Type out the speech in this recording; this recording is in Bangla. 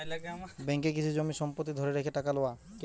ব্যাঙ্ককে কিছু জমি সম্পত্তি ধরে রেখে টাকা লওয়া